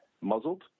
muzzled